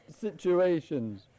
situations